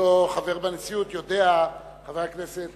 בהיותו חבר בנשיאות יודע חבר הכנסת